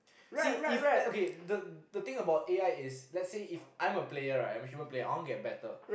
see if like okay the the thing about A_I is let's say if I'm a player right I'm a human player I want get better